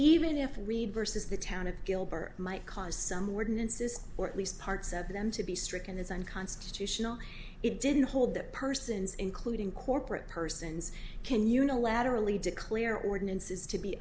even if read versus the town of gilbert might cause some ordinances or at least parts of them to be stricken as unconstitutional it didn't hold that persons including corporate persons can unilaterally declare ordinances to be